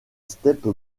steppe